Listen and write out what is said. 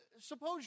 suppose